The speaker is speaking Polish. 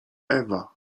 ewa